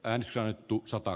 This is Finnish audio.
ääni soi tupsahtaa